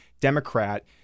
Democrat